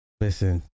Listen